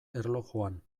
erlojuan